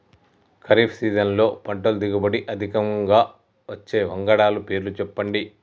ఖరీఫ్ సీజన్లో పంటల దిగుబడి అధికంగా వచ్చే వంగడాల పేర్లు చెప్పండి?